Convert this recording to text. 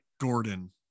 Gordon